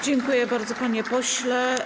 Dziękuję bardzo, panie pośle.